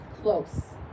close